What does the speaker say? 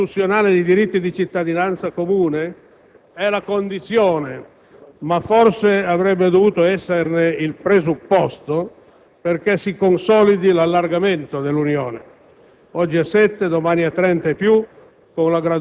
D'altra parte, il riconoscimento costituzionale dei diritti di cittadinanza comune è la condizione - ma forse avrebbe dovuto esserne il presupposto - perché si consolidi l'allargamento dell'Unione